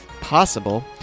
possible